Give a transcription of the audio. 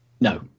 No